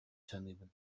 саныыбын